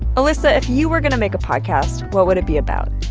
elissa, if you were going to make a podcast, what would it be about?